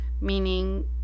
meaning